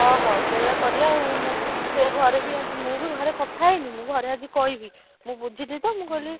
ଓହୋ ସେଇଆ କରିବା ଆଉ ମୁଁ ସେ ଘରେ ବି ଆଜି ମୁଁ ବି ଘରେ କଥା ହେଇନି ମୁଁ ଘରେ ଆଜି କହିବି ମୁଁ ବୁଝିଲି ତ ମୁଁ କହିଲି